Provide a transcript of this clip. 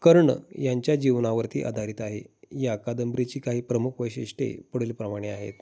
कर्ण यांच्या जीवनावरती आधारित आहे या कादंबरीची काही प्रमुख वैशिष्ट्य पुडेील प्रमाणे आहेत